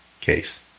case